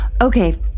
Okay